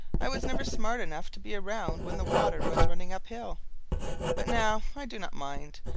i was never smart enough to be around when the water was running uphill but now i do not mind